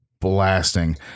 blasting